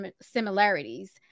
similarities